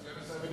סגן השר, לא